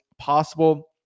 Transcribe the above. possible